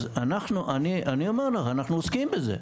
אני אומר לך, אנחנו עוסקים בזה,